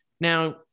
Now